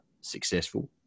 successful